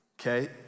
okay